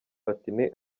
platini